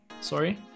sorry